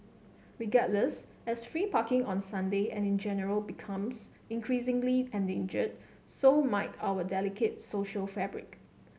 regardless as free parking on Sunday and in general becomes increasingly endangered so might our delicate social fabric